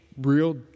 real